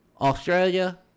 Australia